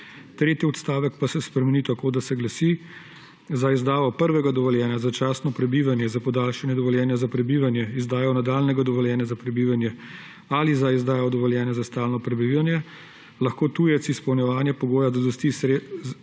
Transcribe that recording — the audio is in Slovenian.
Tretji odstavek pa se spremeni tako, da se glasi: »Za izdajo prvega dovoljenja za začasno prebivanje, za podaljšanje dovoljenja za prebivanje, izdajo nadaljnjega dovoljenja za prebivanje ali za izdajo dovoljenja za stalno prebivanje lahko tujec izpolnjevanje pogoja zadostnih sredstev